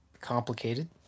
complicated